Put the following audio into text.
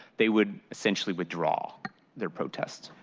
they would essentially withdraw their protest.